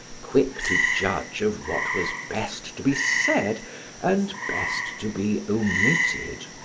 quick to judge of what was best to be said and best to be omitted,